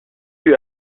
lui